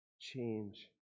change